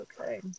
okay